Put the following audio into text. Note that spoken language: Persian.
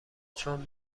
چون